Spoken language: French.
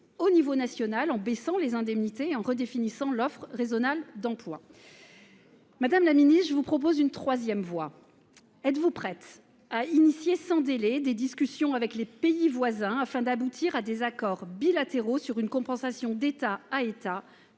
au niveau national en baissant les indemnités et en redéfinissant l’offre raisonnable d’emploi. Je vous propose une troisième voie. Êtes vous prête à entamer sans délai des discussions avec les pays voisins, afin d’aboutir à des accords bilatéraux sur une compensation d’État à État